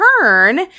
turn